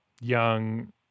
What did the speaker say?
young